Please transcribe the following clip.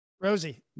Rosie